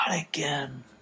again